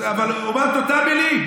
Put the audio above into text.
אבל הוא אמר את אותן מילים,